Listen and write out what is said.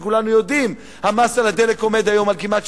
שכולנו יודעים: המס על הדלק עומד היום על כמעט